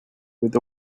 with